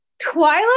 twilight